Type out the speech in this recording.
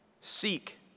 Seek